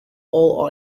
all